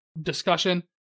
discussion